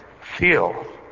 feel